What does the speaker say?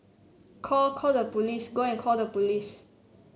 call call the police go and call the police